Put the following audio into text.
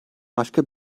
başka